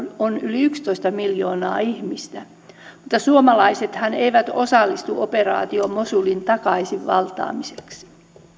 on yli yksitoista miljoonaa ihmistä mutta suomalaisethan eivät osallistu operaatioon mosulin takaisinvaltaamiseksi